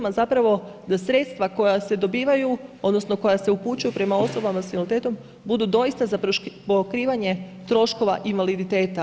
A zapravo da sredstva koja se dobivaju, odnosno koja se upućuju prema osobama sa invaliditetom budu doista za pokrivanje troškova invaliditeta.